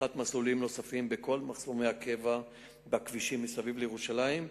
פתיחת מסלולים נוספים בכל מחסומי הקבע בכבישים מסביב לירושלים,